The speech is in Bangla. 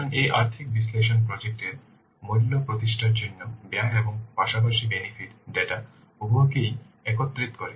সুতরাং এই আর্থিক বিশ্লেষণ প্রজেক্ট এর মূল্য প্রতিষ্ঠার জন্য ব্যয় এর পাশাপাশি বেনিফিট ডেটা উভয়কেই একত্রিত করে